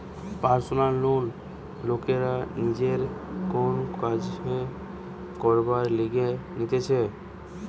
personal loan লোকরা নিজের কোন কাজ করবার লিগে নিতেছে